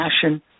passion